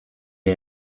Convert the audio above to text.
dir